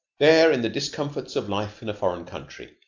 there, in the discomforts of life in a foreign country,